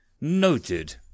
Noted